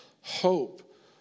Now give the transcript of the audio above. hope